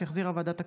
שהחזירה ועדת הכספים,